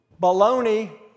baloney